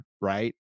right